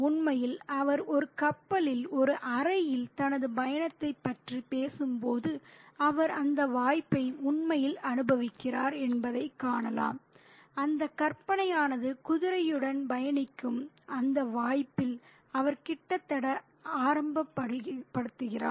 உண்மையில் அவர் ஒரு கப்பலில் ஒரு அறையில் தனது பயணத்தைப் பற்றி பேசும்போது அவர் அந்த வாய்ப்பை உண்மையில் அனுபவிக்கிறார் என்பதைக் காணலாம் அந்த கற்பனையானது குதிரையுடன் பயணிக்கும் அந்த வாய்ப்பில் அவர் கிட்டத்தட்ட ஆடம்பரப்படுத்துகிறார்